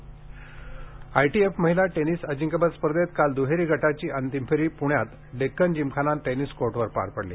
महिला ATF ITF महिला tennis अजिंक्यपद स्पर्धेत काल दुहेरी गटाची अंतिम फेरी पुण्यात डेक्कन जिमखाना टेनिस कोर्टवर पार पडली